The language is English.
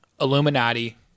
Illuminati